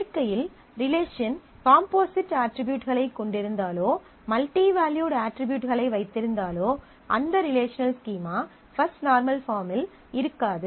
இயற்கையில் relation composite அட்ரிபியூட்களை கொண்டிருந்தாலோ மல்டி வெல்யுட் அட்ரிபியூட்களை வைத்திருந்தாலோ அந்த ரிலேஷனல் ஸ்கீமா பஃஸ்ட் நார்மல் பார்ம்மில் இருக்காது